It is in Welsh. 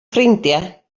ffrindiau